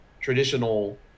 traditional